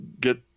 get